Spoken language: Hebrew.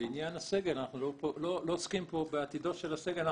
אנחנו לא עוסקים פה בעתידו של הסגל.